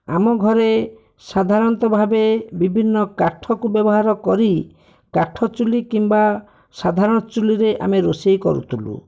ଆମ ଘରେ ସାଧାରଣତଃ ଭାବେ ବିଭିନ୍ନ କାଠକୁ ବ୍ୟବହାର କରି କାଠ ଚୂଲି କିମ୍ବା ସାଧାରଣ ଚୂଲିରେ ଆମେ ରୋଷେଇ କରୁଥିଲୁ